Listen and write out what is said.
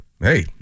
Hey